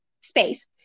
Space